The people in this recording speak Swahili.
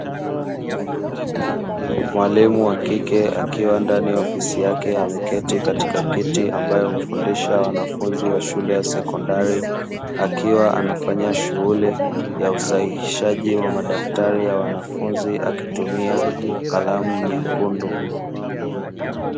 Mwalimu wa kike akiwa ndani ya ofisi yake, ameketi katika kiti ambayo hufundisha wanafunzi wa shule ya sekondari, akiwa anafanya shughuli ya usahihishaji wa madaftari ya wanafunzi akitumia kalamu nyekundu.